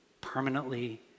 permanently